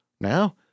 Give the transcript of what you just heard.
Now